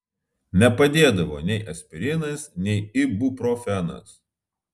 nepadėdavo nei aspirinas nei ibuprofenas